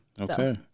Okay